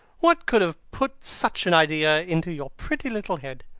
what could have put such an idea into your pretty little head?